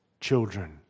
children